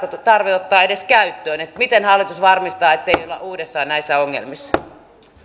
tarve edes ottaa käyttöön miten hallitus varmistaa ettei olla uudestaan näissä ongelmissa